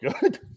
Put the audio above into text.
good